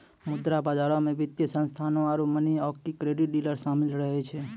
मुद्रा बजारो मे वित्तीय संस्थानो आरु मनी आकि क्रेडिट डीलर शामिल रहै छै